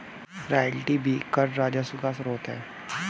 royalty भी कर राजस्व का स्रोत है